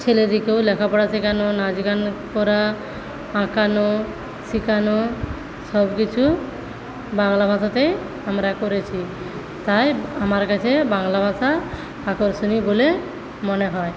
ছেলেদেরকেও লেখাপড়া শেখানো নাচ গান করা আঁকানো শেখানো সবকিছু বাংলা ভাষাতেই আমরা করেছি তাই আমার কাছে বাংলা ভাষা আকর্ষণীয় বলে মনে হয়